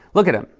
look at him.